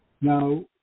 now